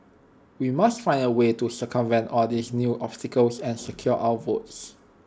we must find A way to circumvent all these new obstacles and secure our votes